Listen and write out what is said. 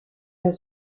are